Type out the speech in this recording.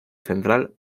central